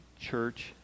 church